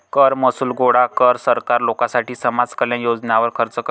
कर महसूल गोळा कर, सरकार लोकांसाठी समाज कल्याण योजनांवर खर्च करते